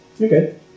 Okay